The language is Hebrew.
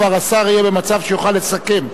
השר כבר יהיה במצב שיוכל לסכם.